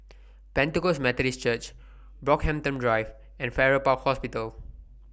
Pentecost Methodist Church Brockhampton Drive and Farrer Park Hospital